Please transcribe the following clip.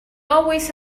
always